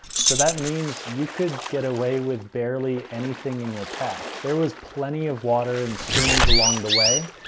so that means you could get away with barely anything in your pack. there was plenty of water and streams along the way.